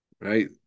right